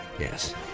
Yes